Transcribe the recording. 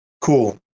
cool